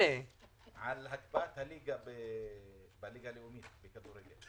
על הקפאת הליגה הלאומית בכדורגל.